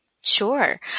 Sure